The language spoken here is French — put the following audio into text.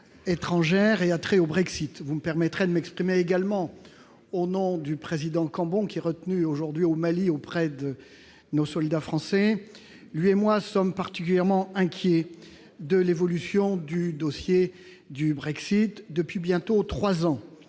au Brexit. Je m'exprime également au nom du président Cambon, qui est retenu aujourd'hui au Mali auprès de nos soldats français. Nous sommes tous deux particulièrement inquiets de l'évolution du dossier du Brexit depuis bientôt trois ans